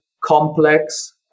complex